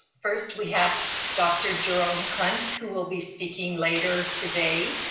first, we have dr. jerome hunt, who will be speaking later today,